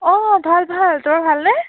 অঁ ভাল ভাল তোমাৰ ভালনে